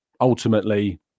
ultimately